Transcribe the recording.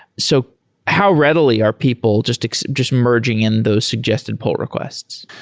so how readily are people just just merging in those suggested pull requests?